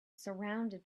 surrounded